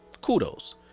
kudos